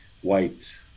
white